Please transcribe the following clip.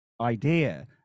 idea